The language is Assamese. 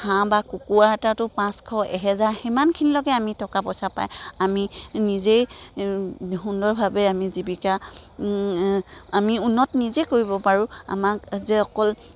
হাঁহ বা কুকুৰা এটাতো পাঁচশ এহেজাৰ সিমানখিনলৈকে আমি টকা পইচা পায় আমি নিজেই সুন্দৰভাৱে আমি জীৱিকা আমি উন্নত নিজে কৰিব পাৰোঁ আমাক যে অকল